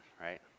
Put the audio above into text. right